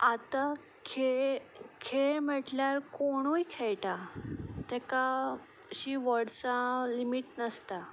आतां खेळ खेळ म्हटल्यार कोणूय खेळटा ताका अशी वर्सां लिमीट नासता